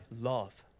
love